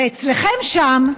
ואצלכם, שם,